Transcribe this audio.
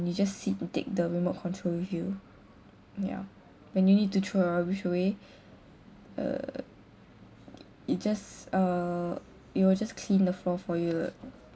you just sit and take the remote control with you ya when you need to throw your rubbish away uh you just uh it will just clean the floor for you lah